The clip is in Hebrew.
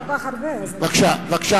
זה לא כל כך הרבה, אז זה לא, בבקשה, בבקשה.